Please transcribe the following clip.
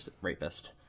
rapist